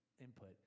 input